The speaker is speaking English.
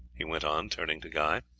he went on, turning to guy.